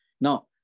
Now